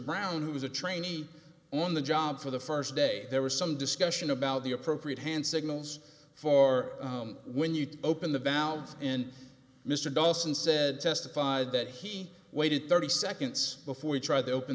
brown who was a trainee on the job for the first day there was some discussion about the appropriate hand signals for when you open the valves and mr dawson said testified that he waited thirty seconds before he tried to open